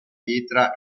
pietra